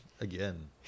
Again